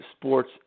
sports